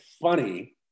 funny